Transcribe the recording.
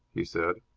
he said.